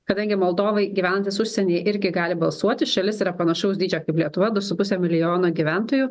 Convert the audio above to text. kadangi moldovai gyvenantys užsienyje irgi gali balsuoti šalis yra panašaus dydžio kaip lietuva du su puse milijono gyventojų